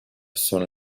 son